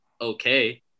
okay